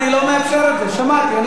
אני לא מאפשר את זה, שמעתי.